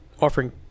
offering